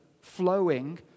flowing